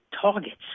targets